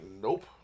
nope